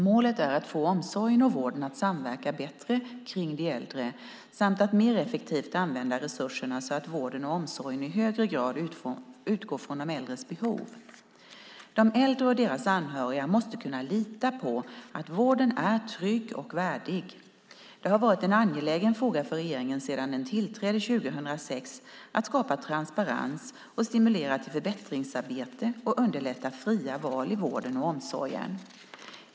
Målet är att få omsorgen och vården att samverka bättre kring de äldre samt att mer effektivt använda resurserna så att vården och omsorgen i högre grad utgår från de äldres behov. De äldre och deras anhöriga måste kunna lita på att vården är trygg och värdig. Det har varit en angelägen fråga för regeringen sedan den tillträdde 2006 att skapa transparens och stimulera till förbättringsarbete och underlätta fria val i vården och omsorgen.